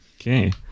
Okay